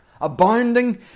abounding